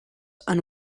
and